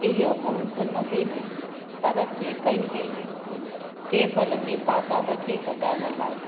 इहो उणिवीह सौ नवे में तरकी कई वई केबल जे तादादु खे घटाइण लाइ